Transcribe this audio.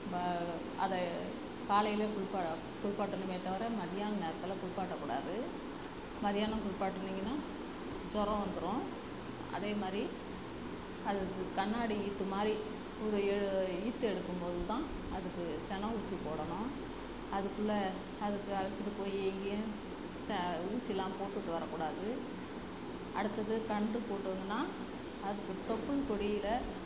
வ அதை காலையில் குளிப்பா குளிப்பாட்டணுமே தவிர மதியான நேரத்தில் குளிப்பாட்டக்கூடாது மதியானம் குளிப்பாட்டினீங்கன்னால் ஜொரம் வந்துடும் அதே மாதிரி அதுக்கு கண்ணாடி ஈத்துமாதிரி ஊத எது ஈத்து எடுக்கும் போது தான் அதுக்கு செனை ஊசி போடணும் அதுக்குள்ள அதுக்கு அழைச்சிட்டுப் போய் எங்கேயும் ச ஊசிலாம் போட்டுகிட்டு வரக்கூடாது அடுத்தது கன்று போட்டதுன்னால் அதுக்குத் தொப்புள் கொடியில்